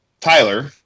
Tyler